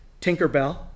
Tinkerbell